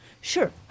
Sure